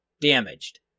damaged